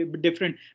different